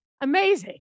amazing